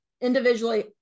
individually